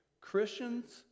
Christians